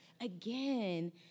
again